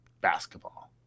basketball